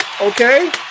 okay